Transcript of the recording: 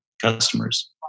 customers